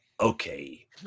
okay